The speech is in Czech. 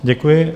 Děkuji.